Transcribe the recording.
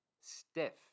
stiff